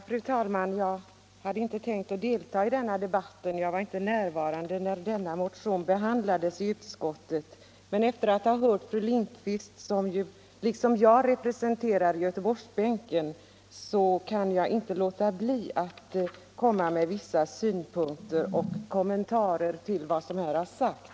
Fru talman! Jag hade inte tänkt delta i denna debatt. Jag var inte närvarande när motionen behandlades i utskottet. Men efter att ha hört fru Lindquist, som liksom jag representerar Göteborgsbänken, kan jag Nr 47 inte underlåta att komma med vissa synpunkter och kommentarer till Onsdagen den vad som här har sagts.